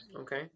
Okay